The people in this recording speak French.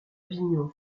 avignon